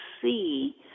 see